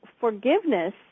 forgiveness